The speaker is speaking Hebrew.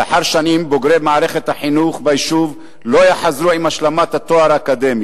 לאחר שנים בוגרי מערכת החינוך ביישוב לא יחזרו עם השלמת התואר האקדמי,